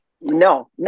No